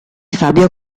fabio